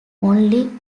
only